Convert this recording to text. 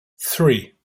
three